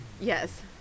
Yes